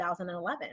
2011